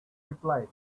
reply